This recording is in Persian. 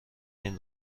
این